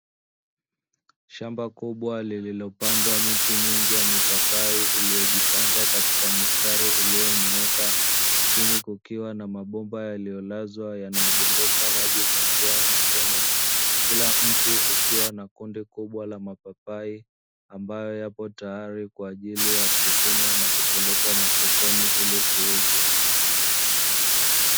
Shamba kubwa lililopandwa miti mingi ya mipapai, iliyo jipanga katika mistari iliyonyooka chini kukukiwa na mabomba yaliyo lazwa, yanayodondosha maji kwa njia ya matone, kila mti ukiwa na kundi kubwa la mipapai ambayo yako tayari, ili yavunwe na kupelekwa masokoni ili kuuzwa.